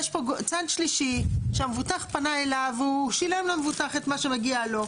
יש פה צד שלישי שהמבוטח פנה אליו והוא שילם למבוטח את מה שמגיע לו.